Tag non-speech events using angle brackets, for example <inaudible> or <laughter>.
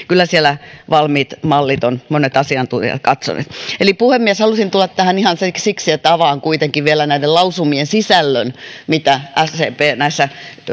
<unintelligible> kyllä siellä valmiit mallit ovat monet asiantuntijat katsoneet puhemies halusin tulla tähän ihan siksi siksi että avaan kuitenkin vielä näiden lausumien sisällön mitä sdp näissä